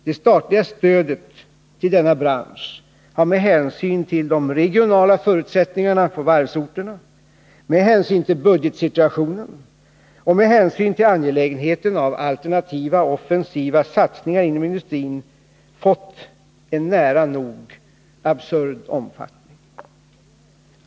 Det statliga stödet till denna bransch har med hänsyn till de regionala förutsättningarna på varvsorterna, med hänsyn till budgetsituationen och med hänsyn till angelägenheten av alternativa och offensiva satsningar inom industrin fått en nära nog absurd omfattning.